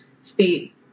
state